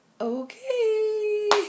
Okay